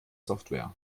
software